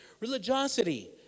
religiosity